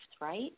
right